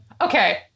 Okay